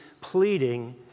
pleading